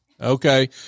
okay